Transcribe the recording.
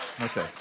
Okay